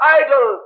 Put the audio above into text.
idol